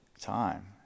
time